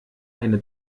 eine